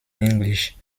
englisch